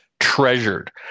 treasured